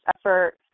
effort